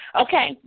Okay